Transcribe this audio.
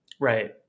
Right